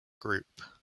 group